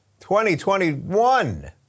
2021